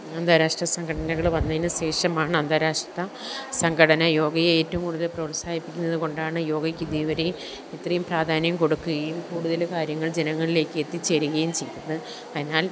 അന്താരാഷ്ട്ര സംഘടനകൾ വന്നതിന് ശേഷമാണ് അന്താരാഷ്ട്ര സംഘടന യോഗയെ ഏറ്റവും കൂടുതൽ പ്രോത്സാഹിപ്പിക്കുന്നതുകൊണ്ടാണ് യോഗയ്ക്ക് ഇതേവരേ ഇത്രയും പ്രാധാന്യം കൊടുക്കുകയും കൂടുതൽ കാര്യങ്ങള് ജനങ്ങളിലേക്ക് എത്തിച്ചേരുകയും ചെയ്തത് അതിനാല്